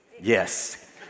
Yes